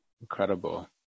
Incredible